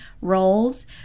roles